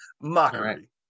mockery